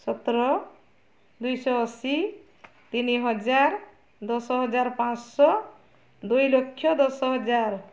ସତର ଦୁଇଶହ ଅଶୀ ତିନି ହଜାର ଦଶ ହଜାର ପାଞ୍ଚ ଶହ ଦୁଇ ଲକ୍ଷ ଦଶ ହଜାର